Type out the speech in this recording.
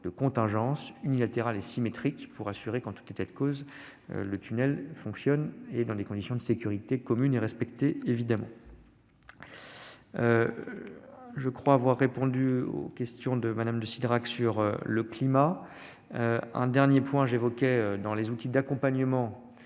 de contingence unilatérales et symétriques, pour garantir que, en tout état de cause, le tunnel fonctionne dans des conditions de sécurité communes et respectées. Je crois avoir répondu aux questions de Mme de Cidrac sur le climat. J'ajouterai un dernier point au sujet des outils d'accompagnement